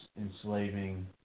enslaving